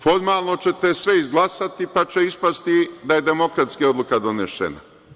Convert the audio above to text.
Formalno ćete sve izglasati, pa će ispasti da je demokratski odluka donesena.